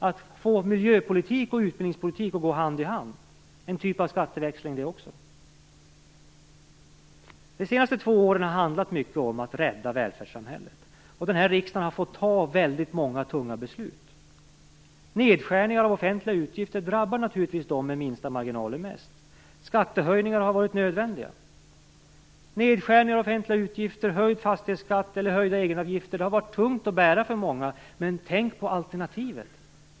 Att få miljöpolitik och utbildningspolitik att gå hand i hand är en typ av skatteväxling det också. De senaste två åren har det handlat mycket om att rädda välfärdssamhället. Denna riksdag har fått fatta väldigt många tunga beslut. Nedskärningar av de offentliga utgifterna drabbar naturligtvis mest de som har de minsta marginalerna. Skattehöjningar har varit nödvändiga. Nedskärningar av offentliga utgifter, höjd fastighetsskatt och höjda egenavgifter har varit tungt att bära för många, men tänk på alternativet!